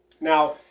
Now